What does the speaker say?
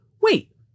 wait